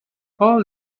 all